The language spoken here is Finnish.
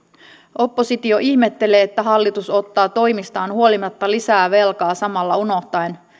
oppositio ihmettelee että hallitus ottaa toimistaan huolimatta lisää velkaa samalla unohtaen